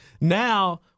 now